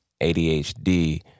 ADHD